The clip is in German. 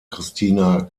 christina